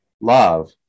love